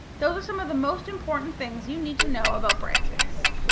those are some of the most important things you need to know about brightspace.